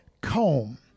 comb